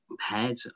head